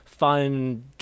fun